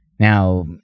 Now